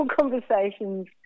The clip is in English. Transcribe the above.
conversations